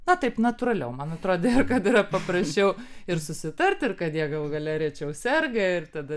na taip natūraliau man atrodė kad yra paprasčiau ir susitarti ir kad jie galų gale rečiau serga ir tada